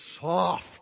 soft